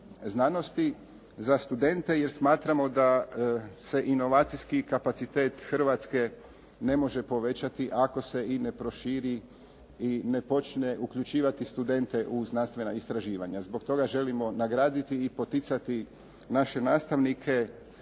znanosti za studente jer smatramo da se inovacijski kapacitet Hrvatske ne može povećati ako se i ne proširi i ne počne uključivati studente u znanstvena istraživanja. Zbog toga želimo nagraditi i poticati naše nastavnike